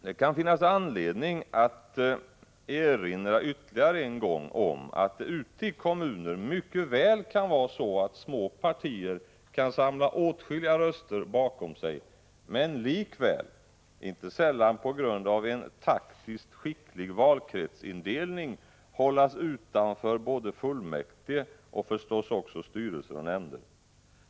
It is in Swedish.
Det kan finnas anledning att erinra ytterligare en gång om att det ute i kommunerna mycket väl kan vara så att små partier samlar åtskilliga röster bakom sig men likväl — inte sällan på grund av taktiskt skicklig valkretsindelning — hålls utanför både fullmäktige och givetvis också styrelser och nämnder.